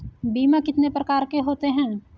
बीमा कितने प्रकार के होते हैं?